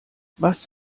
was